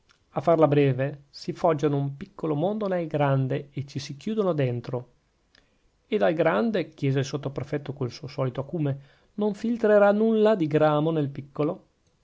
a farla breve si foggiano un piccolo mondo nel grande e ci si chiudono dentro e dal grande chiese il sottoprefetto col suo solito acume non filtrerà nulla di gramo nel piccolo